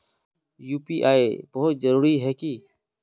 UPI बहुत जरूरी है की?